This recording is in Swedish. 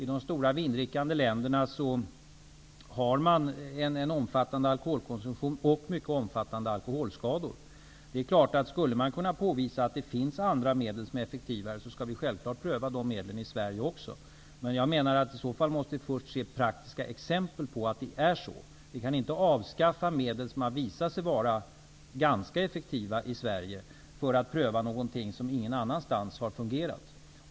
I de stora vindrickande länderna har man en omfattande alkoholkonsumtion och mycket ansenliga alkoholskador. Skulle man kunna påvisa att det finns medel som är effektivare, skulle vi självfallet pröva dem också i Sverige, men jag menar att vi först måste se praktiska exempel på att det är så. Vi kan inte avskaffa medel som har visat sig vara ganska effektiva i Sverige för att pröva någonting som ingen annanstans har fungerat.